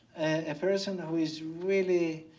a person who is really,